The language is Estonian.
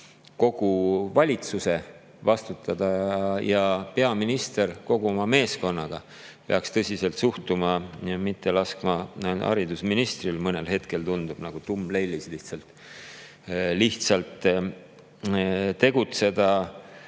kogu valitsuse vastutada ja peaminister kogu oma meeskonnaga peaks asjasse tõsiselt suhtuma ja mitte laskma haridusministril, nagu mõnel hetkel tundub, justkui tumm leilis tegutseda,